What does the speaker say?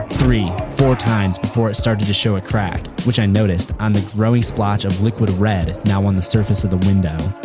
three, four times before it started to show a crack, which i noticed on the growing splotch of liquid red now on the surface of the window.